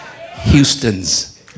Houston's